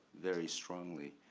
very, strongly,